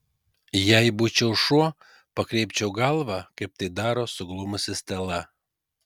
jei būčiau šuo pakreipčiau galvą kaip daro suglumusi stela